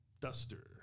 Duster